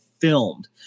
filmed